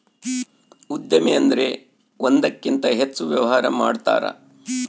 ಉದ್ಯಮಿ ಅಂದ್ರೆ ಒಂದಕ್ಕಿಂತ ಹೆಚ್ಚು ವ್ಯವಹಾರ ಮಾಡ್ತಾರ